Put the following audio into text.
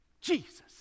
Jesus